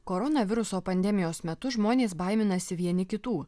koronaviruso pandemijos metu žmonės baiminasi vieni kitų